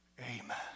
Amen